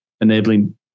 enabling